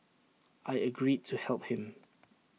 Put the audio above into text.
I agreed to help him